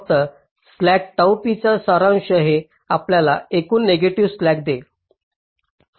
फक्त स्लॅक टॉ p चा सारांश हे आपल्याला एकूण नेगेटिव्ह स्लॅक देईल